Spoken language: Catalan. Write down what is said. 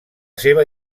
seva